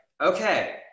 okay